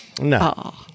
No